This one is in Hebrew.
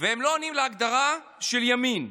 והם לא עונים להגדרה של ימין.